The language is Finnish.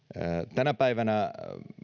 tänä päivänä